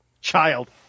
Child